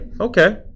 Okay